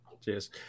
Cheers